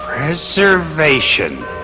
Preservation